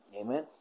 Amen